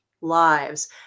lives